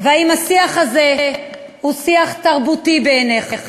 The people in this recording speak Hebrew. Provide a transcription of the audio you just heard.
והאם השיח הזה הוא שיח תרבותי בעיניך?